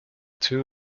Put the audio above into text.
two